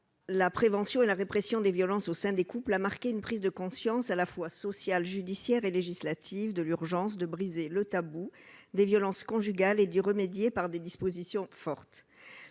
la prévention et la répression des violences au sein du couple ou commises contre les mineurs a marqué une prise de conscience à la fois sociale, judiciaire et législative de l'urgence de briser le tabou des violences conjugales, et d'y remédier par des dispositions fortes.